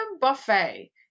buffet